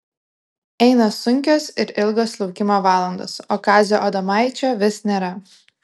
eina sunkios ir ilgos laukimo valandos o kazio adomaičio vis nėra